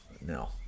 no